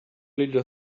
little